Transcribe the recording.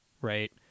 right